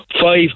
Five